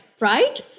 right